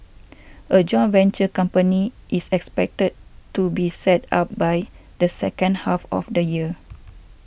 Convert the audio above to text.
a joint venture company is expected to be set up by the second half of the year